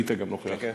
היית נוכח.